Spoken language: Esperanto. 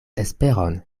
esperon